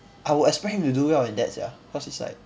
I will expect him to do well in that sia cause it's like